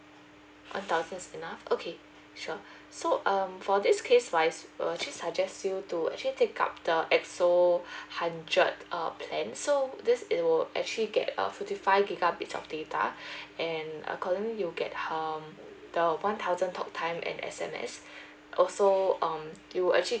one thousand enough okay sure so um for this case wise will actually suggest you to actually take up the X_O hundred err plan so this it will actually get err fifty five gigabyte of data and according you'll get um the one thousand talk time and S_M_S also um you'll actually